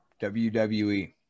WWE